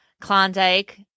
Klondike